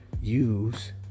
use